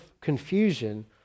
confusion